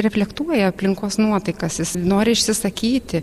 reflektuoja aplinkos nuotaikas jis nori išsisakyti